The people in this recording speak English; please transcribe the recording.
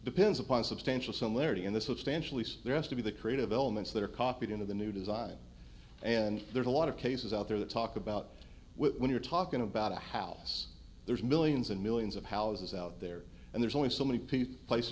depends upon substantial similarity in the substantially there has to be the creative elements that are copied into the new design and there's a lot of cases out there that talk about when you're talking about a house there's millions and millions of houses out there and there's only so many pieces